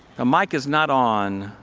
the mic is not on?